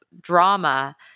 drama